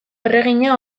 erregina